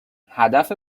هدف